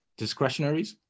discretionaries